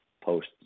post